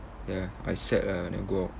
ya I set ah then go